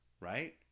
Right